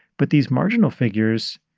but these marginal figures,